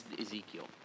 Ezekiel